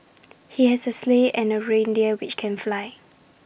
he has A sleigh and reindeer which can fly